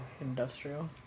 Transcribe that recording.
industrial